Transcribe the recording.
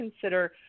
consider